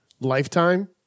Lifetime